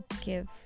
give